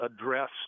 address